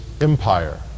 empire